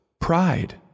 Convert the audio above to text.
Pride